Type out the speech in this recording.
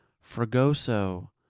fragoso